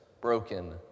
broken